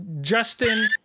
justin